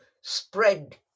spread